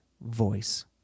voice